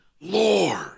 Lord